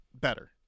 better